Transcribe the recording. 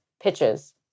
pitches